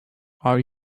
are